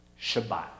Shabbat